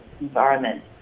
environment